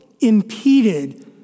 impeded